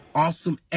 awesome